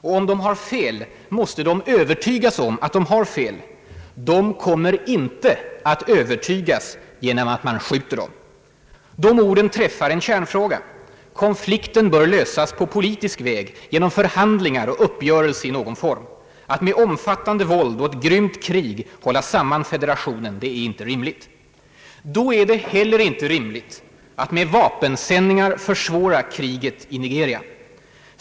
Och om de har fel måste de övertygas om att de har fel. De kommer inte att övertygas genom att man skjuter dem.» De orden berör en kärnfråga. Konflikten bör lösas på politisk väg genom förhandlingar och uppgörelse i någon form. Att med omfattande våld och ett grymt krig hålla samman federationen är inte rimligt. Det är då heller inte rimligt att med vapensändningar försvåra kriget i Nigeria.